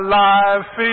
life